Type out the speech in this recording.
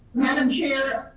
madam chair,